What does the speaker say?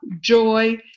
joy